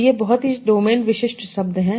तो ये बहुत ही डोमेन विशिष्ट शब्द हैं